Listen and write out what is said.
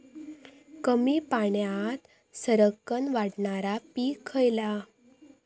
कमी पाण्यात सरक्कन वाढणारा पीक खयला?